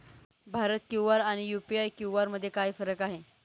Bharat QR आणि UPI QR मध्ये काय फरक आहे?